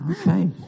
Okay